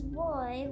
boy